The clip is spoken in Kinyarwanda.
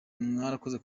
mwarakoze